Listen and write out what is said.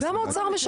גם האוצר משקר?